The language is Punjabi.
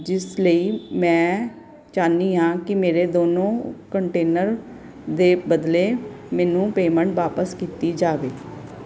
ਜਿਸ ਲਈ ਮੈਂ ਚਾਹੁੰਦੀ ਹਾਂ ਕਿ ਮੇਰੇ ਦੋਨੋਂ ਕੰਟੇਨਰ ਦੇ ਬਦਲੇ ਮੈਨੂੰ ਪੇਮੈਂਟ ਵਾਪਸ ਕੀਤੀ ਜਾਵੇ